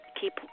keep